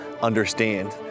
understand